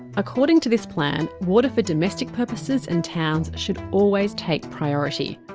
according to this plan, water for domestic purposes and towns should always take priority.